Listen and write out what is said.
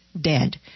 dead